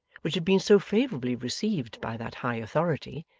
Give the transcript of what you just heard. which had been so favourably received by that high authority,